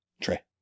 Trey